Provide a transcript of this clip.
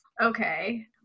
Okay